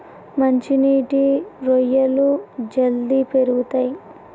మంచి నీటి రొయ్యలు జల్దీ పెరుగుతయ్